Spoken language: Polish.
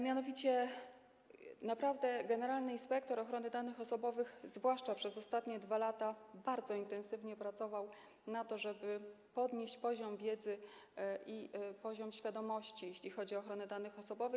Mianowicie naprawdę generalny inspektor ochrony danych osobowych zwłaszcza przez ostatnie 2 lata bardzo intensywnie pracował na to, żeby podnieść poziom wiedzy i poziom świadomości, jeśli chodzi o ochronę danych osobowych.